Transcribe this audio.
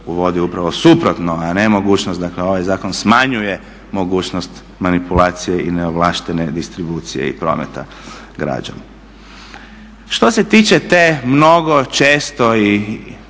uvodi upravo suprotno, a ne mogućnost. Dakle ovaj zakon smanjuje mogućnost manipulacije i neovlaštene distribucije i prometa građom. Što se tiče te mnogo, često i